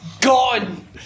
gone